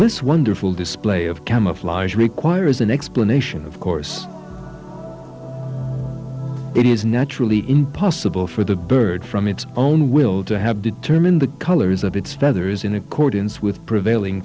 this wonderful display of camouflage requires an explanation of course it is naturally impossible for the bird from its own will to have determined the colors of its feathers in accordance with prevailing